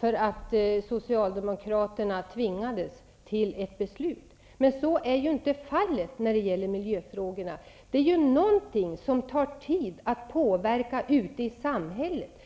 bara därför att socialdemokraterna tvingades till ett beslut? Men så är ju inte fallet när det gäller miljöfrågorna. Det är ju något som tar tid att påverka ute i samhället.